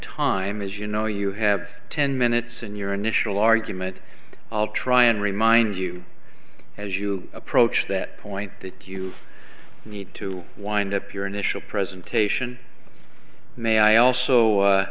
time as you know you have ten minutes in your initial argument i'll try and remind you as you approach that point that you need to wind up your initial presentation may i also